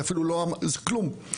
זה אפילו לא, כלום.